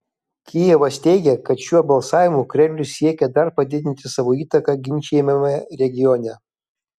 kijevas teigia kad šiuo balsavimu kremlius siekė dar padidinti savo įtaką ginčijamame regione